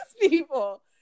people